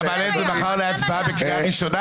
אתה מעלה את זה מחר להצבעה בקריאה ראשונה?